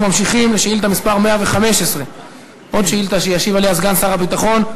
אנחנו ממשיכים לשאילתה מס' 115. עוד שאילתה שישיב עליה סגן שר הביטחון.